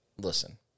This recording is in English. Listen